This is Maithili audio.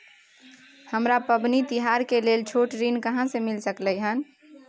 हमरा पबनी तिहार के लेल छोट ऋण कहाँ से मिल सकलय हन?